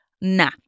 Nah